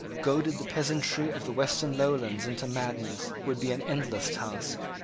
goaded the peasantry of the western lowlands into madness, would be an endless task.